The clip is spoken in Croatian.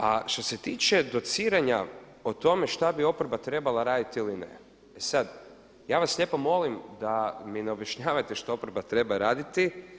A što se tiče dociranja o tome što bi oporba trebala raditi ili ne, e sad, ja vas lijepo molim da mi ne objašnjavate što oporba treba raditi.